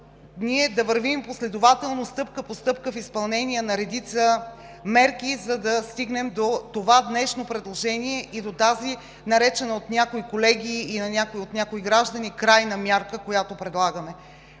да вървим последователно стъпка по стъпка в изпълнение на редица мерки, за да стигнем до това днешно предложение и до тази, наречена от някои колеги и от някои граждани крайна мярка, която предлагаме.